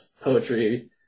poetry